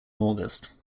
august